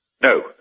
no